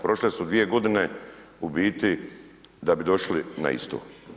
Prošle su dvije godine u biti da bi došli na isto.